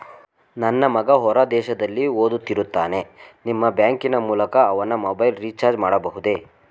ನನ್ನ ಮಗ ಹೊರ ದೇಶದಲ್ಲಿ ಓದುತ್ತಿರುತ್ತಾನೆ ನಿಮ್ಮ ಬ್ಯಾಂಕಿನ ಮೂಲಕ ಅವನ ಮೊಬೈಲ್ ರಿಚಾರ್ಜ್ ಮಾಡಬಹುದೇ?